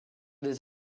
des